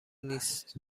نیست